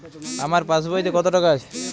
আমার পাসবইতে কত টাকা আছে?